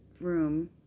room